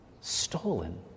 stolen